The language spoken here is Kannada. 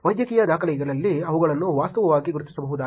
ವೈದ್ಯಕೀಯ ದಾಖಲೆಗಳಲ್ಲಿ ಅವುಗಳನ್ನು ವಾಸ್ತವವಾಗಿ ಗುರುತಿಸಬಹುದಾಗಿದೆ